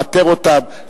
לאתר אותם.